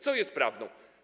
Co jest prawdą?